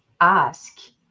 ask